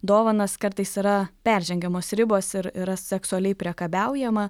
dovanas kartais yra peržengiamos ribos ir yra seksualiai priekabiaujama